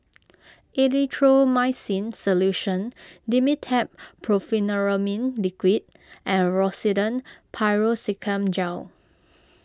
Erythroymycin Solution Dimetapp Brompheniramine Liquid and Rosiden Piroxicam Gel